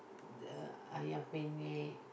the Ayam Penyet